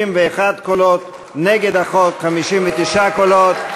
61 קולות, נגד החוק, 59 קולות.